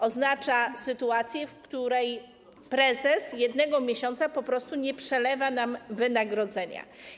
Oznacza sytuację, w której prezes jednego miesiąca po prostu nie przelewa nam wynagrodzenia.